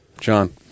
John